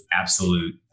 absolute